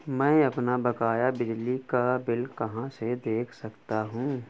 मैं अपना बकाया बिजली का बिल कहाँ से देख सकता हूँ?